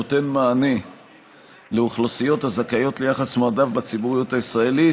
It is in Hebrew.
נותן מענה לאוכלוסיות הזכאיות ליחס מועדף בציבוריות הישראלית